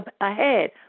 ahead